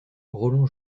roland